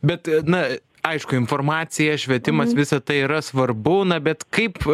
bet na aišku informacija švietimas visa tai yra svarbu na bet kaip